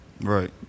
right